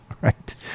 right